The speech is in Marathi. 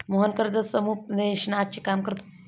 मोहन कर्ज समुपदेशनाचे काम करतो